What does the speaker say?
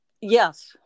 Yes